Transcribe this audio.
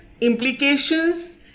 implications